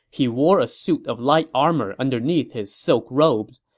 he wore a suit of light armor underneath his silk robes.